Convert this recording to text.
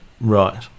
Right